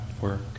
work